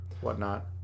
whatnot